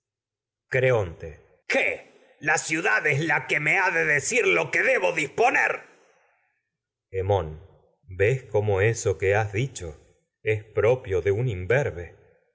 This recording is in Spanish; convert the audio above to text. es ciudadano la que me de tebas ha de de creonte cir lo qué la ciudad que debo disponer hemón ves cómo eso que has dicho es propio de un